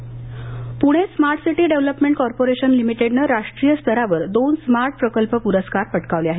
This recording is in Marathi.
smart city Pune smart city development corporation limited नं राष्ट्रीय स्तरावर दोन स्मार्ट प्रकल्प पुरस्कार पटकावले आहेत